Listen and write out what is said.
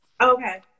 Okay